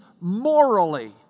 morally